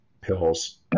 pills